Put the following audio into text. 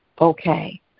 okay